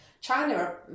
China